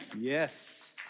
Yes